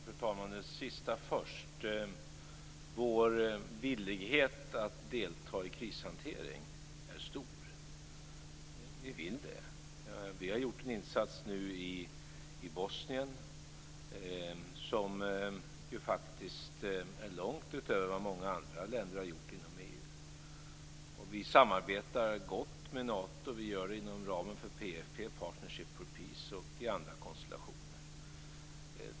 Fru talman! Det sista först. Vår villighet att delta i krishantering är stor. Vi har nu gjort en insats i Bosnien som faktiskt är långt utöver vad många andra länder inom EU har gjort. Vi samarbetar gott med Nato inom ramen för PFP, Partnership for peace, och i andra konstellationer.